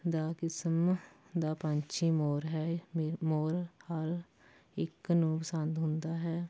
ਦਾ ਕਿਸਮ ਦਾ ਪੰਛੀ ਮੋਰ ਹੈ ਮੋਰ ਹਰ ਇੱਕ ਨੂੰ ਪਸੰਦ ਹੁੰਦਾ ਹੈ